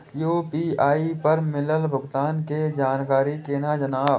UPI पर मिलल भुगतान के जानकारी केना जानब?